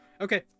okay